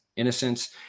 innocence